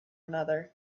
another